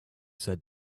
said